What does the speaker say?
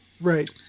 Right